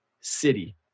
City